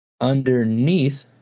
underneath